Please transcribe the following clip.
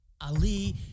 ali